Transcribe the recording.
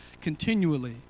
continually